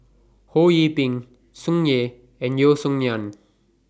Ho Yee Ping Tsung Yeh and Yeo Song Nian